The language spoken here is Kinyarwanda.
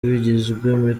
bigizwe